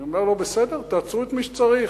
אני אומר לו: בסדר, תעצרו את מי שצריך.